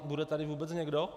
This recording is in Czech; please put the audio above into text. Bude tady vůbec někdo?